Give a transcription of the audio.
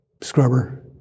scrubber